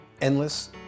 endless